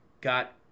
got